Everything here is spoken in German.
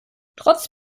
trotz